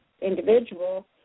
individual